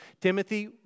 Timothy